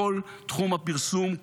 כל תחום הפרסום,